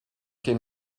den